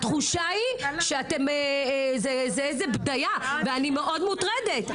אני מאוד מוטרדת.